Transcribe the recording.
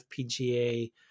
FPGA